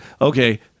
Okay